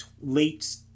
late